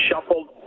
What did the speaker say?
shuffled